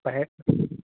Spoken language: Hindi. पहले